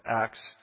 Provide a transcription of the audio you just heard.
Acts